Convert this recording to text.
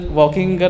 walking